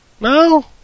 No